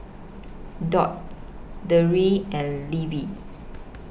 Dot Deidre and Levi